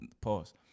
Pause